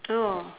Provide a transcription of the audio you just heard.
oh